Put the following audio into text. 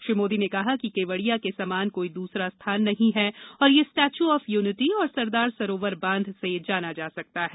श्री मोदी ने कहा कि केवड़िया के समान कोई दूसरा स्थान नहीं है और यह स्टैच्यू ऑफ यूनिटी और सरदार सरोवर बांध से जाना जा सकता है